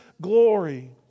glory